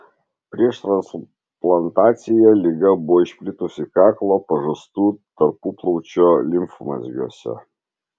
prieš transplantaciją liga buvo išplitusi kaklo pažastų tarpuplaučio limfmazgiuose